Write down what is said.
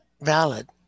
valid